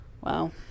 Wow